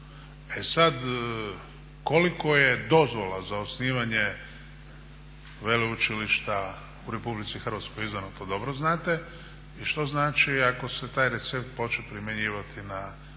E sad, koliko je dozvola za osnivanje veleučilišta u RH izdano to dobro znate i što znači ako se taj recept hoće primjenjivati na